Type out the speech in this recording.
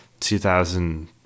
2000